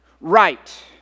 right